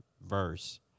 verse